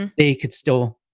and they could still